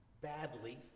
badly